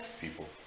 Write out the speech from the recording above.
people